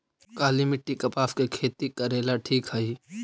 काली मिट्टी, कपास के खेती करेला ठिक हइ?